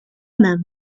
nam